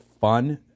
fun